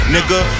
Nigga